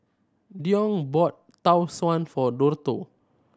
Deon bought Tau Suan for Dortha